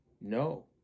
No